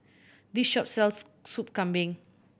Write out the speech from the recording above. this shop sells Soup Kambing